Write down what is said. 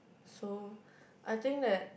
so I think that